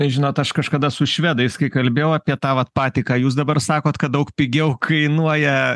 žinot aš kažkada su švedais kai kalbėjau apie tą vat patį ką jūs dabar sakot kad daug pigiau kainuoja